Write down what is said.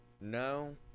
No